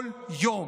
כל יום.